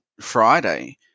Friday